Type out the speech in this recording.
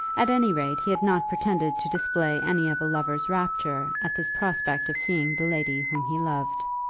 at any rate he had not pretended to display any of a lover's rapture at this prospect of seeing the lady whom he loved.